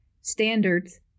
standards